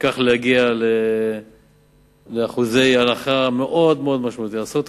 וכך להגיע לאחוזי הנחה מאוד משמעותיים, כמה?